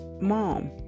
Mom